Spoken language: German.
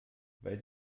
weil